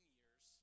years